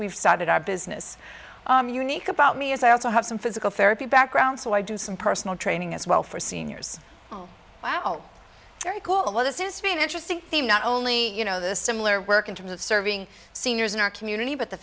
we've started our business unique about me as i also have some physical therapy background so i do some personal training as well for seniors oh wow all very cool this is being interesting not only you know the similar work in terms of serving seniors in our community but the